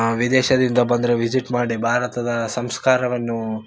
ವಿದೇಶದಿಂದ ಬಂದರೆ ವಿಸಿಟ್ ಮಾಡಿ ಭಾರತದ ಸಂಸ್ಕಾರವನ್ನು